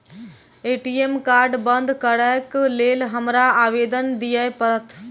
ATM card बंद करैक लेल हमरा आवेदन दिय पड़त?